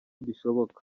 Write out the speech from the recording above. bishoboka